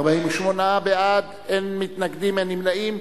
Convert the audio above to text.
48 בעד, אין מתנגדים, אין נמנעים.